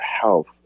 health